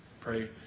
pray